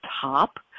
top